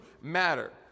matter